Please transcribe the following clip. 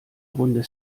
runde